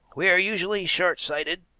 we are usually short-sighted,